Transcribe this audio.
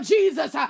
Jesus